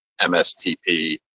MSTP